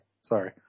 Sorry